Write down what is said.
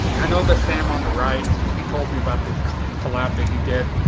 i know the sam on the right and he told me about this collab that he did.